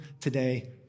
today